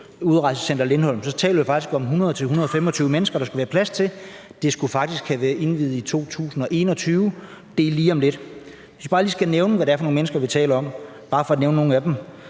Udrejsecenter Lindholm, taler vi faktisk om 100-125 mennesker, der skulle være plads til, og det skulle faktisk have været indviet i 2021, som er lige om lidt. For bare lige at nævne nogle af de mennesker, vi taler om, er der faktisk 12 af dem,